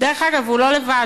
דרך אגב, הוא לא לבד.